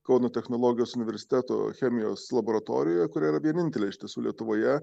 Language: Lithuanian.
kauno technologijos universiteto chemijos laboratorijoj kuri yra vienintelė iš tiesų lietuvoje